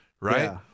right